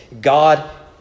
God